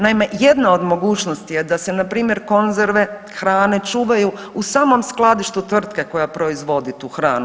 Naime, jedna od mogućnosti je da se npr. konzerve hrane čuvaju u samom skladištu tvrtke koja proizvodi tu hranu.